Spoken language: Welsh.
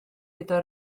gyda